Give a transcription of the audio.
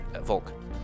Volk